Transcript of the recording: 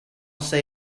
say